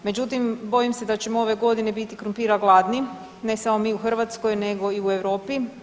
Međutim, bojim se da ćemo ove godine biti krumpira gladni ne samo mi u Hrvatskoj, nego i u Europi.